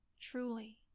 truly